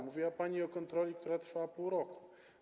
Mówiła pani o kontroli, która trwała pół roku.